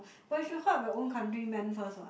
but you should help your own countryman first what